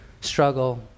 struggle